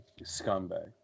Scumbag